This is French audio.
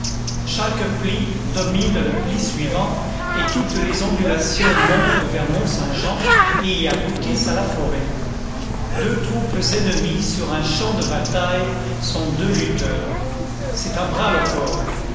chaque pli domine le pli suivant et toutes les ondulations montent vers mont-saint-jean et y aboutissent à la forêt deux troupes ennemies sur un champ de bataille sont deux lutteurs c'est un bras-le-corps